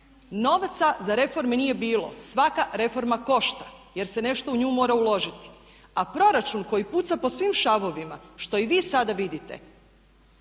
Novaca za reforme nije bilo. Svaka reforma košta jer se nešto u nju mora uložiti. A proračun koji puca po svim šavovima što i vi sada vidite